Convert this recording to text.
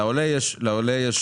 לעולה יש